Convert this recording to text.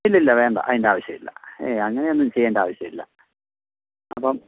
ഇല്ലില്ല വേണ്ട അതിൻ്റെ ആവശ്യമില്ല ഏയ് അങ്ങനെയൊന്നും ചെയ്യേണ്ട ആവശ്യമില്ല അപ്പം